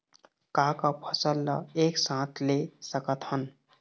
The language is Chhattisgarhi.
का का फसल ला एक साथ ले सकत हन?